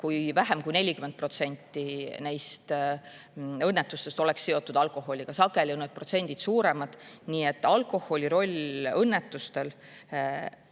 kui vähem kui 40% neist õnnetustest oleks seotud alkoholiga, sageli on need protsendid suuremad. Nii et alkoholi roll õnnetuste